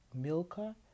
Milka